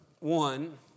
One